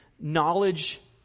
knowledge